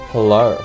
Hello